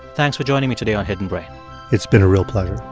thanks for joining me today on hidden brain it's been a real pleasure